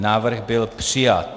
Návrh byl přijat.